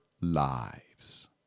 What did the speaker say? lives